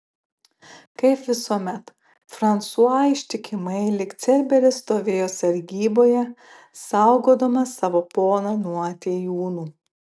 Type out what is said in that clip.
kaip visuomet fransua ištikimai lyg cerberis stovėjo sargyboje saugodamas savo poną nuo atėjūnų